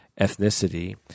ethnicity